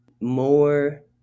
more